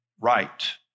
right